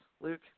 Luke